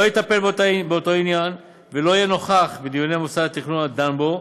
לא יטפל באותו עניין ולא יהיה נוכח בדיוני מוסד התכנון הדן בו,